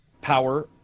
power